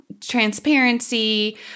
transparency